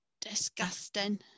Disgusting